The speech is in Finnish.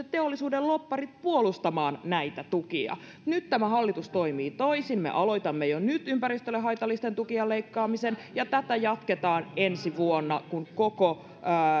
teollisuuden lobbarit puolustamaan näitä tukia nyt tämä hallitus toimii toisin me aloitamme jo nyt ympäristölle haitallisten tukien leikkaamisen ja tätä jatketaan ensi vuonna kun koko